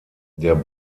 der